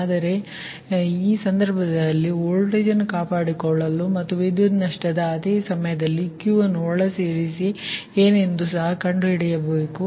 ಆದ್ದರಿಂದ ಆ ಸಂದರ್ಭದಲ್ಲಿ ನಾನು ಈ ವೋಲ್ಟೇಜ್ ಅನ್ನು ಕಾಪಾಡಿಕೊಳ್ಳಲು ಮತ್ತು ವಿದ್ಯುತ್ ನಷ್ಟದ ಅದೇ ಸಮಯದಲ್ಲಿ Q ಅನ್ನು ಒಳಸೇರಿಸಿ ಏನೆಂದು ಸಹ ಕಂಡುಹಿಡಿಯಬೇಕು